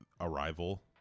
Arrival